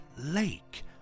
lake